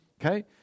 Okay